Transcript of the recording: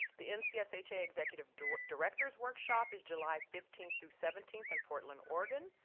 the ncsha executive director's workshop is july fifteen through seventeen in portland, oregon.